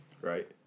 right